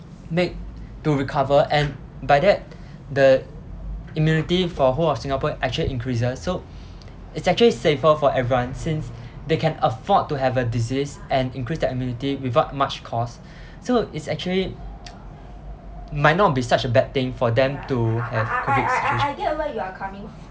make to recover and by that the immunity for whole of singapore actually increases so it's actually safer for everyone since they can afford to have a disease and increase the immunity without much cost so it's actually might not be such a bad thing for them to have COVID situation